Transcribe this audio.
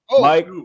Mike